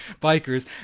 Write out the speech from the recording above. bikers